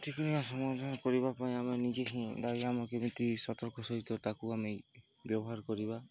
ସମାଧାନ କରିବା ପାଇଁ ଆମେ ନିଜେ ହିଁ ଦାୟୀ ଆମେ କେମିତି ସତର୍କ ସହିତ ତାକୁ ଆମେ ବ୍ୟବହାର କରିବା